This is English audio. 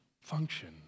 function